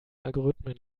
algorithmen